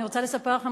אני רוצה לספר לכם,